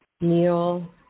Neil